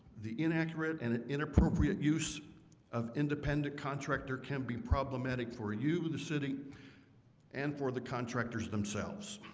the inaccurate and an inappropriate use of independent contractor can be problematic for you and the city and for the contractors themselves